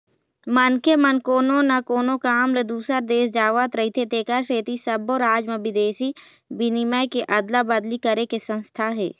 मनखे मन कोनो न कोनो काम ले दूसर देश जावत रहिथे तेखर सेती सब्बो राज म बिदेशी बिनिमय के अदला अदली करे के संस्था हे